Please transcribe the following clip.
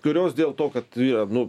kurios dėl to kad yra nu